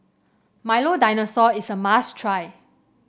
Milo Dinosaur is a must try